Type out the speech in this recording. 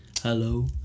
Hello